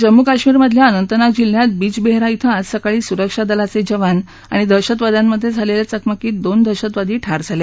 जम्मू कश्मीरमधल्या अनंतनाग जिल्ह्यात बीजबेहरा इथं आज सकाळी सुरक्षा दलाचे जवान आणि दहशतवाद्यांमध्ये झालेल्या चकमकीत दोन दहशतवादी ठार झाले